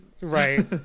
Right